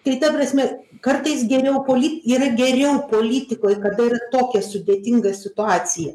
tai ta prasme kartais geriau polit yra geriau politikoj kada yra tokia sudėtinga situacija